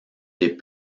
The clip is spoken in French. des